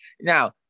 now